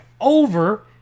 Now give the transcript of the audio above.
Over